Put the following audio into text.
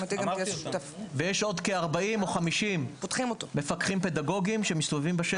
-- עוד 50-40 מפקחים פדגוגיים שמסתובבים בשטח.